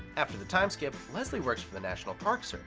after the time skip, leslie works for the national parks